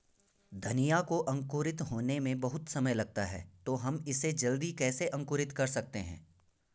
धनिया को अंकुरित होने में बहुत समय लगता है तो हम इसे जल्दी कैसे अंकुरित कर सकते हैं?